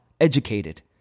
educated